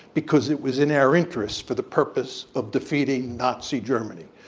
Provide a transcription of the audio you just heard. because it was in our interests for the purpose of defeating nazi germany.